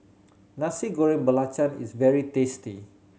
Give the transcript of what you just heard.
Nasi Goreng Belacan is very tasty